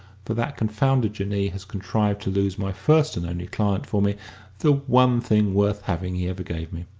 for that confounded jinnee has contrived to lose my first and only client for me the one thing worth having he ever gave me.